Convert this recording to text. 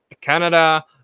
Canada